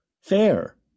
fair